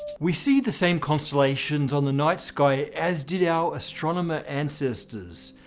we see the same constellations on the night sky as did our astronomer ancestors.